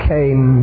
came